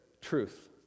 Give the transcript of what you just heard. truth